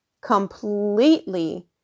completely